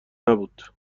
نبود